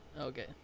Okay